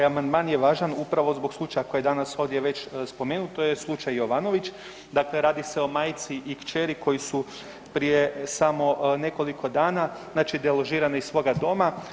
Ovaj amandman je važan upravo zbog slučaja koje je danas ovdje već spomenuto je slučaj Jovanović, dakle radi se o majci i kćeri koju su prije samo nekoliko dana deložirane iz svoga doma.